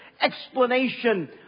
explanation